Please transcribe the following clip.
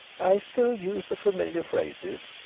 i still use the familiar phrases,